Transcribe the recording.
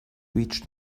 reached